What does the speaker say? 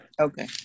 Okay